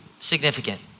significant